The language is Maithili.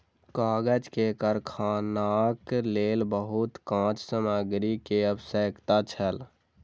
कागज के कारखानाक लेल बहुत काँच सामग्री के आवश्यकता छल